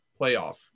playoff